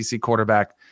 quarterback